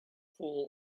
full